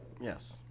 Yes